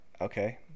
Okay